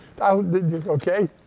Okay